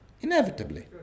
inevitably